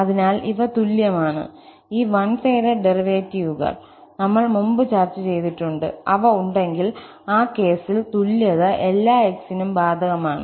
അതിനാൽ ഇവ തുല്യമാണ് ഈ വൺ സൈഡഡ് ഡെറിവേറ്റീവുകൾ നമ്മൾ മുമ്പ് ചർച്ച ചെയ്തിട്ടുണ്ട് അവ ഉണ്ടെങ്കിൽ ആ കേസിൽ തുല്യത എല്ലാ x നും ബാധകമാണ്